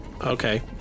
Okay